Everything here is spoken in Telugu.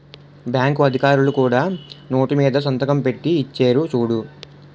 బాంకు అధికారులు కూడా నోటు మీద సంతకం పెట్టి ఇచ్చేరు చూడు